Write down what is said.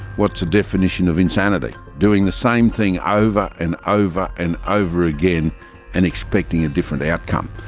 what's the definition of insanity? doing the same thing over and over and over again and expecting a different outcome.